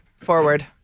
forward